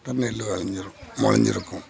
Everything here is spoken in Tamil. தண்ணியில் விளஞ்சிருக்கும் முளஞ்சிருக்கும்